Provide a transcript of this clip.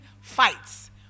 fights